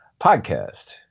Podcast